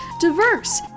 diverse